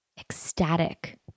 ecstatic